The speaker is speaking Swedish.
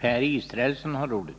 25.